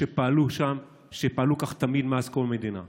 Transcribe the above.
ופעלו כך תמיד מאז קום המדינה.